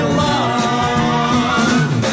love